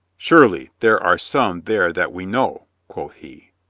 surely there are some there that we know, quoth he.